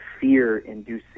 fear-inducing